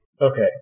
Okay